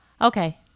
Okay